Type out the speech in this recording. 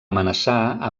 amenaçar